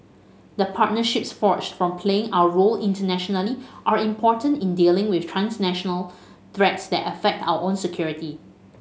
the partnerships forged from playing our role internationally are important in dealing with transnational threats that affect our own security